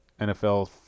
NFL